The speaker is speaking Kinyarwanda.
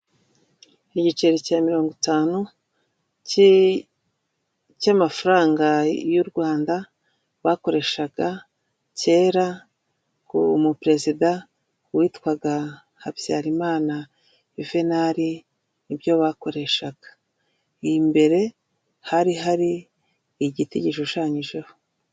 Igiceri cya mirongo itanu, cy'amafaranga y'u Rwanda, bakoreshaga kera mu perezida witwaga Habyarimana Yuvenali, ni byo bakoreshaga. Imbere hari hari igiti gishushanyijeho.